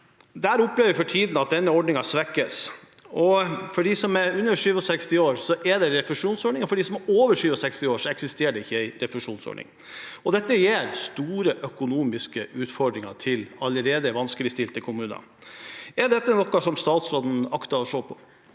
Vi opplever for tiden at den ordningen svekkes. For dem som er under 67 år, er det refusjonsordning. For dem som er over 67 år, eksisterer det ingen refusjonsordning. Dette gir store økonomiske utfordringer til allerede vanskeligstilte kommuner. Er dette noe som statsråden akter å se på?